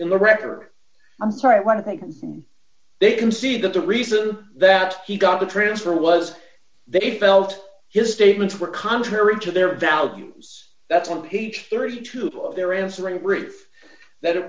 in the record i'm sorry i want to think they can see that the reason that he got the transfer was they felt his statements were contrary to their values that's on page thirty two of their answering roof that